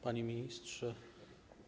Panie Ministrze!